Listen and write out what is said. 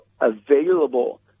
available